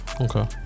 Okay